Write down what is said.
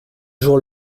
jours